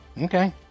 Okay